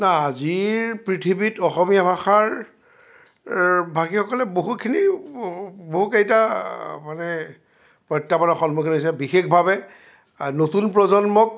আজিৰ পৃথিৱীত অসমীয়া ভাষাৰ ভাষীসকলে বহুখিনি বহুকেইটা মানে প্ৰত্যাহ্বানৰ সন্মুখীন হৈছে বিশেষভাৱে নতুন প্ৰজন্মক